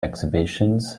exhibitions